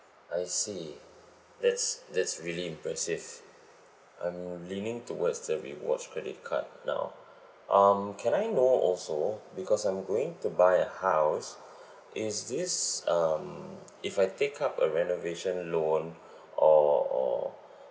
I see that's that's really impressive I'm leaning towards the rewards credit card now um can I know also because I'm going to buy a house is this um if I take up a renovation loan or or